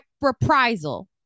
reprisal